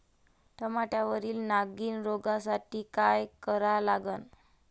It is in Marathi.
टमाट्यावरील नागीण रोगसाठी काय करा लागन?